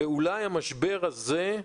ואולי המשבר הזה,